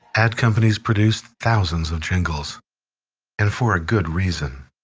ad companies produced thousands of jingles and for a good reason